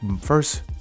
first